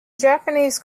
japanese